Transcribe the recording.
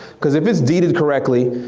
because if it's deeded correctly,